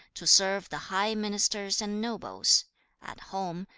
to serve the high ministers and nobles at home,